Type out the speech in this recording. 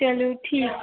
चलिये ठीक है